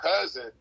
cousin